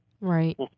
Right